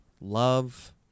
love